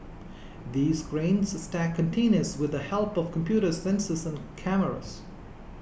these cranes stack containers with the help of computers sensors and cameras